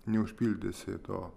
neužpildysi to